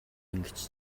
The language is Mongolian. ингэж